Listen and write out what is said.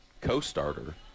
co-starter